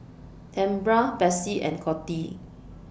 Tambra Bessie and Coty